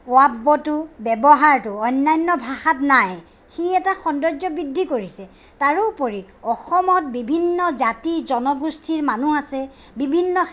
ৱটো ব্যৱহাৰটো অন্যান্য ভাষাত নাই সি এটা সৌন্দৰ্য বৃদ্ধি কৰিছে তাৰোপৰি অসমত বিভিন্ন জাতি জনগোষ্ঠীৰ মানুহ আছে বিভিন্ন